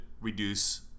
reduce